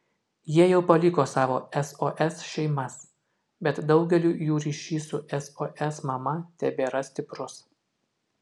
jie jau paliko savo sos šeimas bet daugeliui jų ryšys su sos mama tebėra stiprus